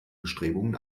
bestrebungen